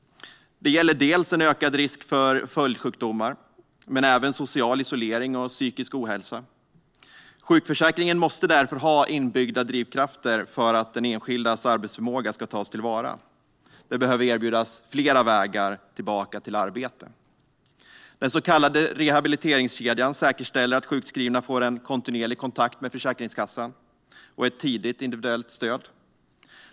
Det gäller en ökad risk för följdsjukdomar men även social isolering och psykisk ohälsa. Sjukförsäkringen måste därför ha inbyggda drivkrafter för att den enskildas arbetsförmåga ska tas till vara. Det behöver erbjudas fler vägar tillbaka till arbete. Den så kallade rehabiliteringskedjan säkerställer att sjukskrivna får en kontinuerlig kontakt med Försäkringskassan och ett tidigt individuellt stöd.